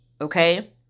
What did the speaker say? okay